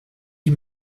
die